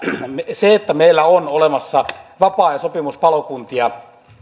se että meillä on olemassa vapaa ja sopimuspalokuntia